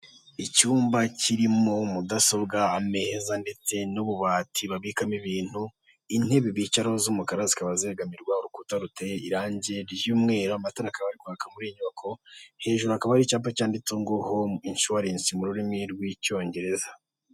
Icyumba kirimo mudasobwa ameza ndetse n'ububati babikamo ibintu, intebe bicaraho z'umukara zikaba zegamirwa, urukuta ruteye irangi ry'umweru hejuru hakaba hari icyapa cyanditseho ngo inshuwarensi mu rurimi rw'icyongereza.